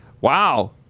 Wow